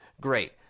Great